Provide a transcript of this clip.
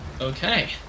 Okay